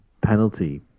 penalty